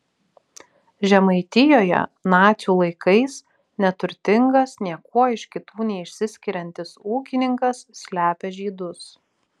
žemaitijoje nacių laikais neturtingas niekuo iš kitų neišsiskiriantis ūkininkas slepia žydus